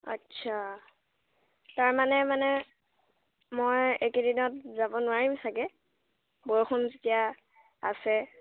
আচ্ছা তাৰ মানে মানে মই এইকেইদিনত যাব নোৱাৰিম চাগৈ বৰষুণ যেতিয়া আছে